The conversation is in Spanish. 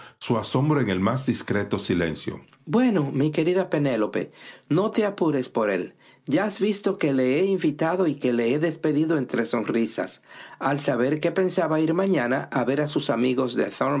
su asombro en el más discreto silencio bueno mi querida penélope no te apures por él ya has visto que le he invitado y que le he despedido entre sonrisas al saber que pensaba ir mañana a ver a sus amigos